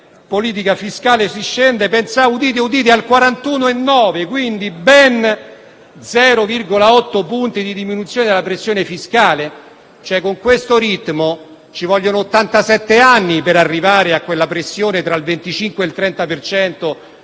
politica fiscale. Si scende -udite, udite - al 41,9: quindi, ben 0,8 punti di diminuzione della pressione fiscale. Con questo ritmo ci vorranno ottantasette anni per arrivare a quella pressione tra il 25 e il 30 per cento